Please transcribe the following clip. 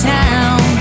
town